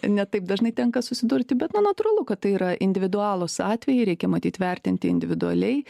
ne taip dažnai tenka susidurti bet na natūralu kad tai yra individualūs atvejai reikia matyt vertinti individualiai